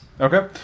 Okay